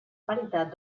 paritat